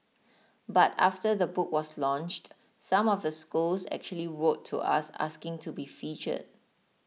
but after the book was launched some of the schools actually wrote to us asking to be featured